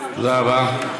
תודה רבה.